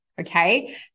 Okay